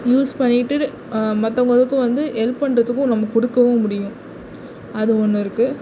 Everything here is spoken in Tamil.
யூஸ் பண்ணிவிட்டு மற்றவங்களுக்கும் வந்து ஹெல்ப் பண்றத்துக்கு நம்ம கொடுக்கவும் முடியும் அது ஒன்று இருக்குது